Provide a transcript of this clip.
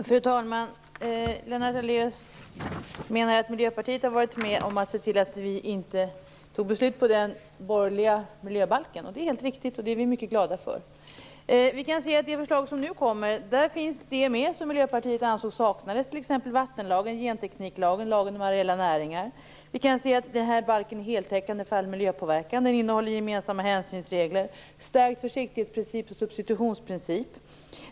Fru talman! Lennart Daléus menar att vi i Miljöpartiet har varit med om att se till att inget beslut fattades om den borgerliga miljöbalken. Det är helt riktigt, och det är vi mycket glada för. I det förslag som nu kommer finns det med som Miljöpartiet ansåg saknades tidigare. Det gäller t.ex. vattenlagen, gentekniklagen och lagen om areella näringar. Balken är heltäckande för all miljöpåverkan. Den innehåller gemensamma hänsynsregler och stärkt försiktighetsprincip och substitutionsprincip.